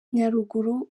nyaruguru